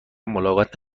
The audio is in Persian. ملاقات